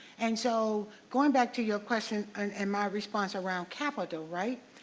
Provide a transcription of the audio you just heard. and so going back to your question and and my response around capital, right?